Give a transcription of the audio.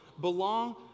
belong